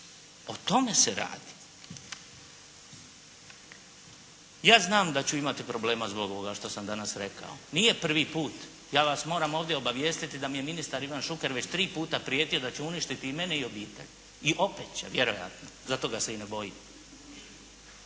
O tome se radi. Ja znam da ću imati problema zbog ovoga što sam danas rekao. Nije prvi put, ja vas moram ovdje obavijestiti već ministar Ivan Šuker već 3 puta prijetio da će uništiti i mene i obitelj. I opet će vjerojatno, zato ga se ne bojim.